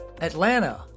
Atlanta